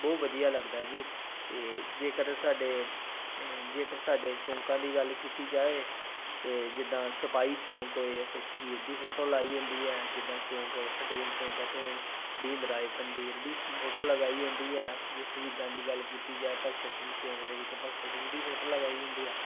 ਬਹੁਤ ਵਧੀਆ ਲੱਗਦਾ ਜੀ ਅਤੇ ਜੇਕਰ ਸਾਡੇ ਜੇਕਰ ਸਾਡੇ ਚੌਂਕਾਂ ਦੀ ਗੱਲ ਕੀਤੀ ਜਾਵੇ ਤਾਂ ਜਿੱਦਾਂ ਸਿਪਾਹੀ ਚੌਂਕ ਹੋਏ ਉੱਥੇ ਸ਼ਹੀਦ ਦੀ ਫੋਟੋ ਲਗਾਈ ਹੁੰਦੀ ਹੈ ਜਿੱਦਾਂ ਚੌਂਕ ਪਟੇਲ ਚੌਂਕ ਆ ਉੱਥੇ ਭੀਮ ਰਾਏ ਪੰਧੇਰ ਦੀ ਫੋਟੋ ਲਗਾਈ ਹੁੰਦੀ ਹੈ ਜੇ ਸ਼ਹੀਦਾਂ ਦੀ ਗੱਲ ਕੀਤੀ ਜਾਵੇ ਭਗਤ ਸਿੰਘ ਚੌਂਕ ਦੇ ਵਿੱਚ ਭਗਤ ਸਿੰਘ ਦੀ ਫੋਟੋ ਲਗਾਈ ਹੁੰਦੀ ਆ